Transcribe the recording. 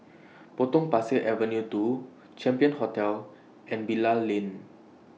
Potong Pasir Avenue two Champion Hotel and Bilal Lane